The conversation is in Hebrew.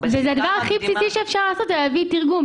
הדבר הכי טבעי שאפשר לעשות זה להביא תרגום.